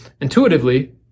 Intuitively